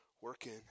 working